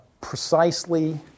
precisely